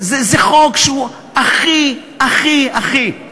חוק שהוא הכי הכי הכי.